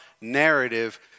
narrative